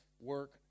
work